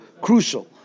crucial